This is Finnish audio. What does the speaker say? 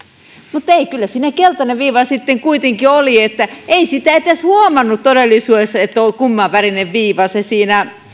mutta ei kyllä siinä keltainen viiva sitten kuitenkin oli ei sitä edes huomannut todellisuudessa kumman värinen viiva siinä